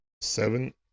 seven